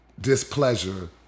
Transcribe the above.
displeasure